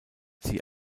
sie